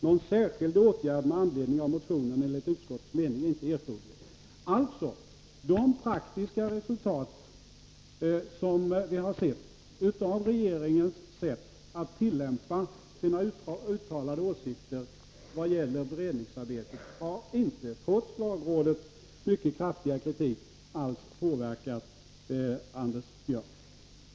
Någon särskild åtgärd med anledning av motionen är enligt utskottets mening inte erforderlig.” De praktiska resultat som vi har sett av regeringens sätt att tillämpa sina uttalade åsikter i vad gäller beredningsarbetet har inte alls påverkat Anders Björck, trots lagrådets mycket kraftiga kritik.